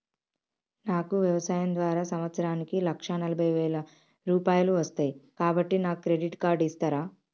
నాకు వ్యవసాయం ద్వారా సంవత్సరానికి లక్ష నలభై వేల రూపాయలు వస్తయ్, కాబట్టి నాకు క్రెడిట్ కార్డ్ ఇస్తరా?